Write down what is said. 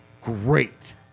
great